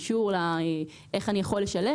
קישור ל-איך אני יכול לשלם,